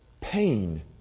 pain